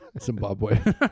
Zimbabwe